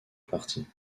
parti